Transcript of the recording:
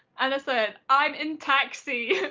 and i said, i'm in taxi.